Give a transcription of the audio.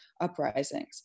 uprisings